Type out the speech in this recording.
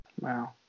Wow